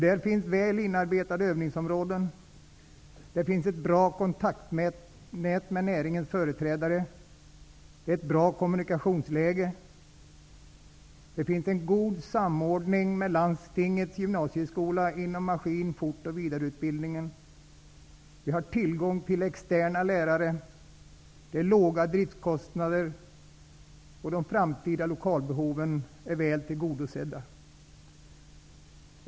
Där finns nämligen väl inarbetade övningsområden och ett bra kontaktnät med näringens företrädare. Värnamo har även ett bra kommunikationsläge. Det finns en god samordning med Landstingets gymnasieskola inom maskin , fort och vidareutbildningen, och det finns tillgång till externa lärare. Driftskostnaderna är låga, och framtida lokalbehov är väl tillgodosedda.